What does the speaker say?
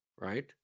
Right